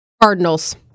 Cardinals